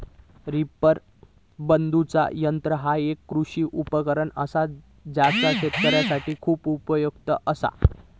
reaper बांधुचा यंत्र ह्या एक कृषी उपकरण असा जा शेतकऱ्यांसाठी खूप उपयुक्त असा